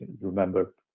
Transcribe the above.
remember